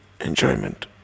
Enjoyment